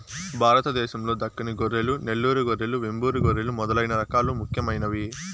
భారతదేశం లో దక్కని గొర్రెలు, నెల్లూరు గొర్రెలు, వెంబూరు గొర్రెలు మొదలైన రకాలు ముఖ్యమైనవి